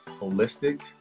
holistic